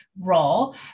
role